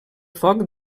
foc